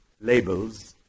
labels